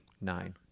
Nine